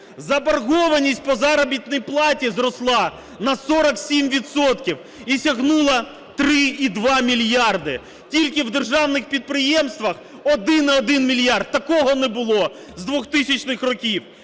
Заборгованість по заробітній платі зросла на 47 відсотків і сягнула 3,2 мільярда. Тільки в державних підприємствах – 1,1 мільярд. Такого не було з 2000-х років.